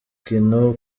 mukino